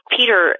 Peter